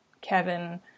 Kevin